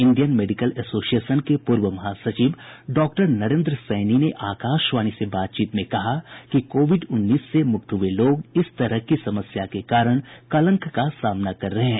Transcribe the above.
Indian medical association के पूर्व महासचिव डॉक्टर नरेंद्र सैनी ने आकाशवाणी से बातचीत में कहा कि कोविड उन्नीस से मुक्त हुए लोग इस तरह की समस्या के कारण कलंक का सामना कर रहे हैं